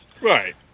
Right